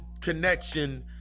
connection